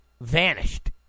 vanished